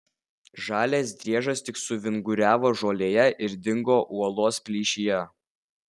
žalias driežas tik suvinguriavo žolėje ir dingo uolos plyšyje